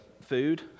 food